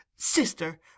Sister